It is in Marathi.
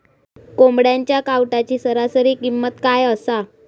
कोंबड्यांच्या कावटाची सरासरी किंमत काय असा?